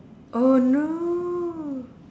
oh no